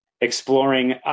exploring